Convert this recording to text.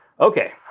Okay